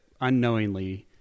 unknowingly